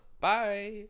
Bye